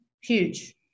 Huge